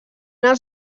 els